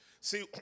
See